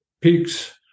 peaks